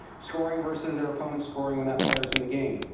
scoring versus their opponent's scoring when that player is in the game.